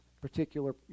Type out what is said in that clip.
particular